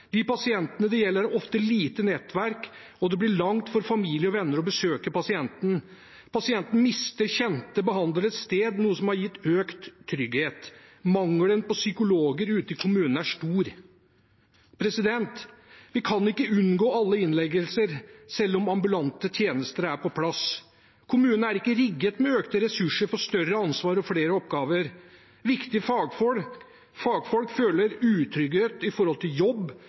De pasientene det gjelder, har ofte lite nettverk, og det blir langt for familie og venner å besøke pasienten. Pasienten mister kjente behandlersted, noe som har gitt økt trygghet. Mangelen på psykologer ute i kommunene er stor. Vi kan ikke unngå alle innleggelser selv om ambulante tjenester er på plass. Kommunene er ikke rigget med økte ressurser for større ansvar og flere oppgaver. Viktige fagfolk føler utrygghet